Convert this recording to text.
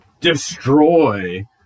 destroy